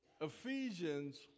Ephesians